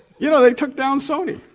you know, they took down sony.